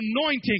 anointing